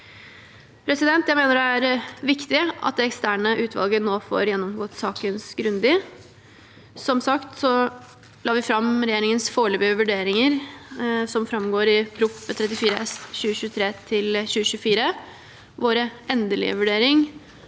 belyst. Jeg mener det er viktig at det eksterne utvalget nå får gjennomgått saken grundig. Som sagt har vi lagt vi fram regjeringens foreløpige vurderinger, som framgår av Prop. 34 S for 2023–2024. Vår endelige vurdering